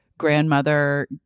grandmother